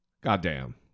Goddamn